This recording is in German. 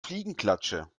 fliegenklatsche